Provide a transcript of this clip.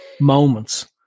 moments